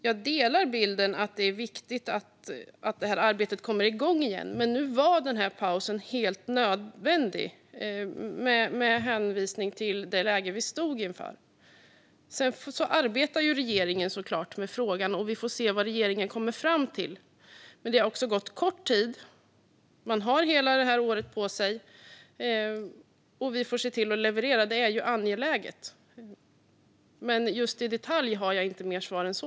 Fru talman! Jag delar bilden att det är viktigt att arbetet kommer igång igen. Men nu var den här pausen helt nödvändig, med hänvisning till det läge vi stod inför. Sedan arbetar regeringen såklart med frågan, och vi får se vad regeringen kommer fram till. Men det har också gått kort tid. Man har hela det här året på sig, och vi får se till att leverera. Det är angeläget. I detalj har jag dock inte mer svar än så.